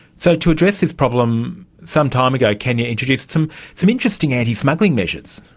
so to address this problem, some time ago kenya introduced some some interesting anti-smuggling measures.